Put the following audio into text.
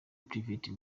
private